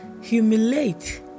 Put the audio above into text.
humiliate